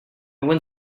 went